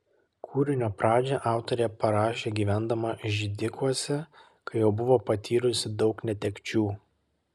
kūrinio pradžią autorė parašė gyvendama židikuose kai jau buvo patyrusi daug netekčių